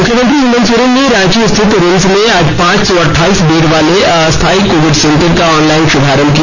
मुख्यमंत्री हेमंत सोरेन ने रांची स्थित रिम्स में आज पांच सौ अठाइस बेड वाले अस्थायी कोविड सेंटर का ऑनलाइन श्रभारंभ किया